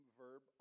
verb